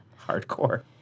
Hardcore